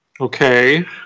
Okay